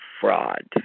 fraud